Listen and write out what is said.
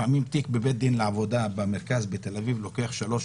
לפעמים תיק בבית הדין לעבודה במרכז בתל אביב לוקח שלוש,